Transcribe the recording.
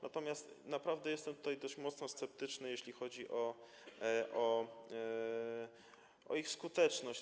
Natomiast naprawdę jestem tutaj dość mocno sceptyczny, jeśli chodzi o ich skuteczność.